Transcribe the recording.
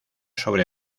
sobre